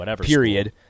period